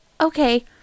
Okay